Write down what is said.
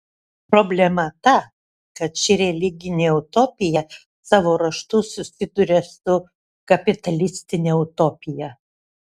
problema ta kad ši religinė utopija savo ruožtu susiduria su kapitalistine utopija